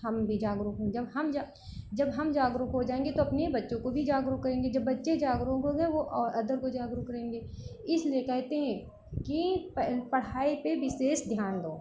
हम भी जागरुक हों जब हम जब हम जागरुक हो जाएँगे तो अपने बच्चों को भी जागरुक करेंगे जब बच्चे जागरुक होंगे वह और अदर को जागरुक करेंगे इसलिए कहते है कि पढ़ाई पर विशेष ध्यान दो